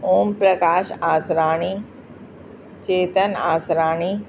Om Prakash Asrani Chetan Asrani